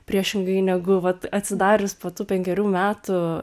priešingai negu vat atsidarius po tų penkerių metų